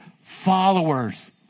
followers